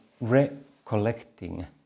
recollecting